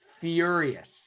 furious